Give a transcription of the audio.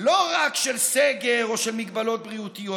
לא רק של סגר או של מגבלות בריאותיות,